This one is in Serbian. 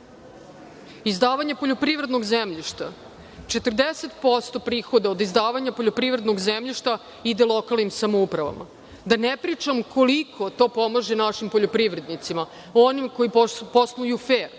državu. Izdavanje poljoprivrednog zemljišta - 40% prihoda od izdavanja poljoprivrednog zemljišta ide lokalnim samoupravama, da ne pričam koliko to pomaže našim poljoprivrednicima, onima koji posluju fer.